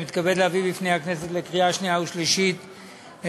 אני מתכבד להביא בפני הכנסת לקריאה שנייה ולקריאה שלישית את